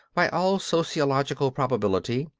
by all sociological probability,